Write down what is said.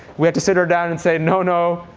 we had to sit her down and say no, no,